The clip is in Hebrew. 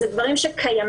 אלה דברים שקיימים.